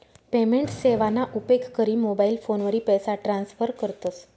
payment सेवाना उपेग करी मोबाईल फोनवरी पैसा ट्रान्स्फर करतस